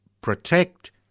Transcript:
protect